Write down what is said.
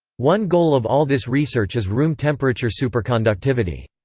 one goal of all this research is room-temperature superconductivity.